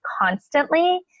constantly